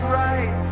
right